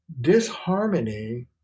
Disharmony